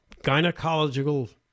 gynecological